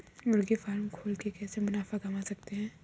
मुर्गी फार्म खोल के कैसे मुनाफा कमा सकते हैं?